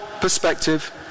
perspective